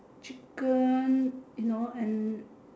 chicken you know and